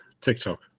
tiktok